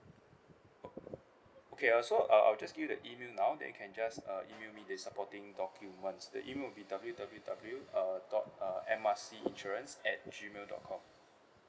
okay uh so I I'll just give you the email now that you can just uh email me the supporting documents the email would be W W W uh dot uh M R C insurance at gmail dot com